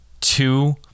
two